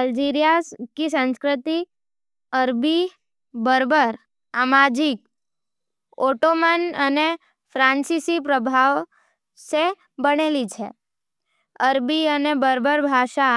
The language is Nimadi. अल्जीरिया रो संस्कृति अरबी, बर्बर अमाज़ीग, ओटोमन अने फ्रांसीसी प्रभावां से बनाली छे। अरबी अने बर्बर भाषा